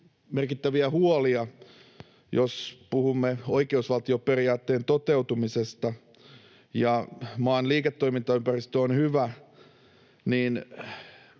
merkittäviä huolia, jos puhumme oikeusvaltioperiaatteen toteutumisesta, ja maan liiketoimintaympäristö on hyvä, niin